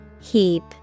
Heap